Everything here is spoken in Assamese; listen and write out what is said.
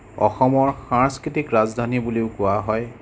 অসমৰ সাংস্কৃতিক ৰাজধানী বুলিও কোৱা হয়